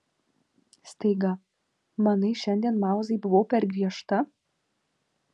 staiga manai šiandien mauzai buvau per griežta